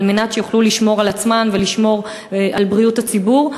מנת שיוכלו לשמור על עצמן ולשמור על בריאות הציבור.